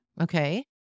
okay